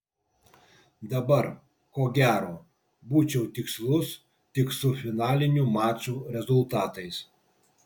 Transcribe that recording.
dabar ko gero būčiau tikslus tik su finalinių mačų rezultatais